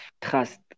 trust